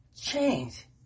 change